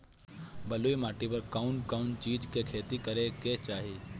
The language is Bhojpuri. बलुई माटी पर कउन कउन चिज के खेती करे के चाही?